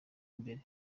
imbere